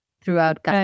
throughout